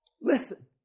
Listen